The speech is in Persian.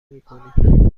میکنیم